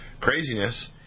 Craziness